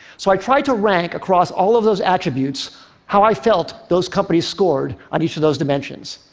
so i tried to rank across all of those attributes how i felt those companies scored on each of those dimensions.